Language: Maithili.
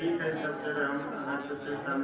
ठीक हइ तऽ हम फेर अहाँसँ फेर